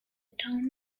town